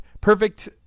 perfect